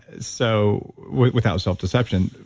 so, without self-deception.